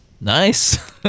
Nice